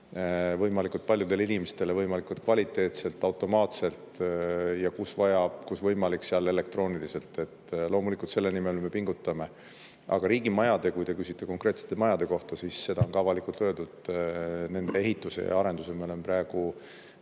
võimalikult paljudele inimestele võimalikult kvaliteetselt, automaatselt ja kus võimalik, seal elektrooniliselt. Loomulikult, selle nimel me pingutame. Aga riigimajade, kui te küsite konkreetsete majade kohta, siis seda on ka avalikult öeldud: nende ehituse ja arenduse me oleme praegu